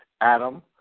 Adam